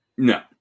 No